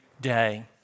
day